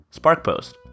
SparkPost